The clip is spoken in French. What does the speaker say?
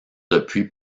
depuis